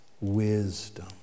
wisdom